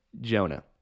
Jonah